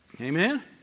Amen